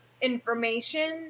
information